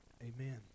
Amen